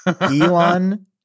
Elon